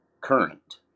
current